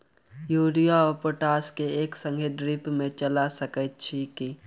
Urea आ potash केँ एक संगे ड्रिप मे चला सकैत छी की?